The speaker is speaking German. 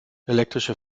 elektrische